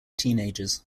teenagers